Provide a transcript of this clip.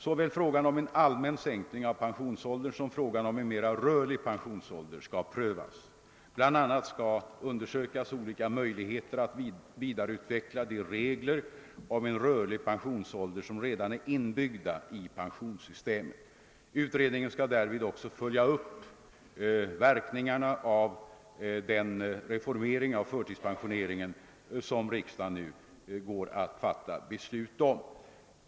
Såväl frågan om en allmän säkning av pensionsåldern som frågan om en mera rörlig pensionsålder skall prövas. BI. a. skall undersökas olika möjligheter att vidareutveckla de regler om en rörlig pensionsålder som redan är inbyggda i pensionssystemet. Utredningen skall därvid också följa upp verkningarna av den reformering av förtidspensioneringen som riksdagen nu går att fatta beslut om.